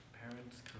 parents